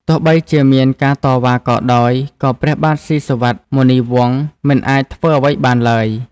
ទោះបីជាមានការតវ៉ាក៏ដោយក៏ព្រះបាទស៊ីសុវត្ថិ មុនីវង្សមិនអាចធ្វើអ្វីបានឡើយ។